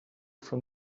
from